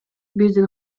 биздин